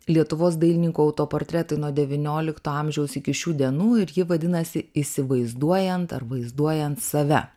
lietuvos dailininkų autoportretai nuo devyniolikto amžiaus iki šių dienų ir ji vadinasi įsivaizduojant ar vaizduojant save